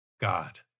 God